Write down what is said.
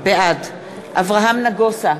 בעד אברהם נגוסה,